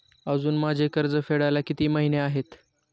अजुन माझे कर्ज फेडायला किती महिने आहेत?